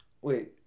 Wait